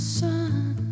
sun